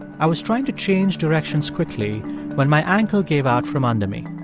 i was trying to change directions quickly when my ankle gave out from under me.